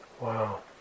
Wow